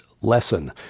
lesson